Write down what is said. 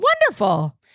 Wonderful